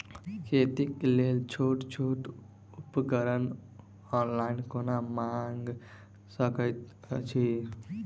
खेतीक लेल छोट छोट उपकरण ऑनलाइन कोना मंगा सकैत छी?